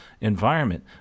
environment